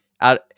out